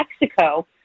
Mexico